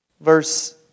Verse